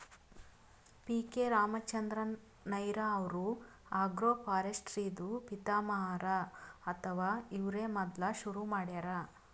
P K Ramachandran Nair ಅವ್ರು agroforestry ದೂ ಪಿತಾಮಹ ಹರಾ ಅಥವಾ ಇವ್ರೇ ಮೊದ್ಲ್ ಶುರು ಮಾಡ್ಯಾರ್